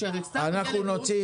שהרי כשהשר מגיע לפה,